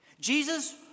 Jesus